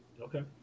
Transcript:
Okay